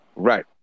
right